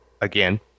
again